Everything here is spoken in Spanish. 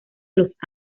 los